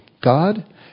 God